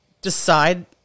decide